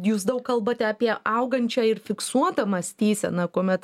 jūs daug kalbate apie augančią ir fiksuotą mąstyseną kuomet